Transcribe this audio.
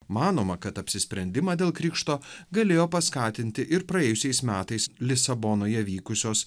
manoma kad apsisprendimą dėl krikšto galėjo paskatinti ir praėjusiais metais lisabonoje vykusios